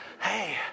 Hey